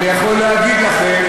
ואני יכול להגיד לכם,